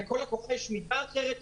לכל לקוחה יש מידה אחרת,